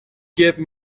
give